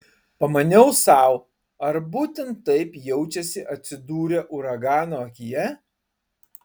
pamaniau sau ar būtent taip jaučiasi atsidūrę uragano akyje